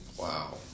Wow